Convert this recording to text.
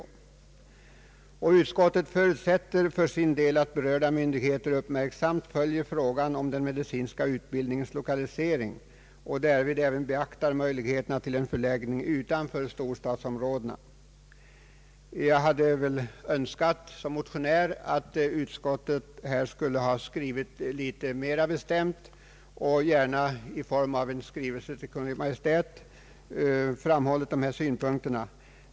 Utskottet förutsätter för sin del att berörda myndigheter uppmärksamt följer frågan om den medicinska utbildningens lokalisering och därvid även beaktar möjligheterna till en förläggning utanför storstadsområdena. Som motionär hade jag önskat att utskottet skulle ha yttrat sig litet mera bestämt och gärna i form av en skrivelse till Kungl. Maj:t framhållit dessa synpunkter.